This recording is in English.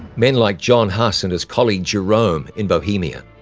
men like john huss and his colleague jerome in bohemia,